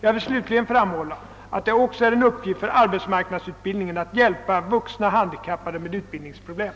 Jag vill slutligen framhålla att det också är en uppgift för arbetsmarknadsutbildningen att hjälpa vuxna handikappade med utbildningsproblem.